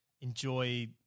enjoy